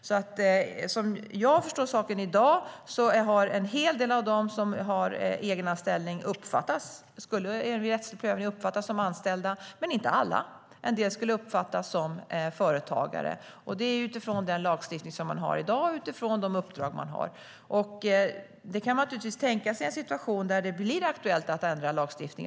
Som jag förstås saken i dag skulle en hel del av dem som har egenanställning vid en rättslig prövning uppfattas som anställda, men inte alla. En del skulle uppfattas som företagare. Det är utifrån den lagstiftning som finns i dag och utifrån de uppdrag man har. Man kan naturligtvis tänka sig en situation där det blir aktuellt att ändra lagstiftningen.